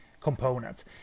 component